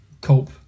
cope